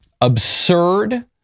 absurd